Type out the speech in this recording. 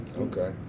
Okay